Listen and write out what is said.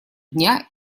дня